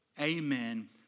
Amen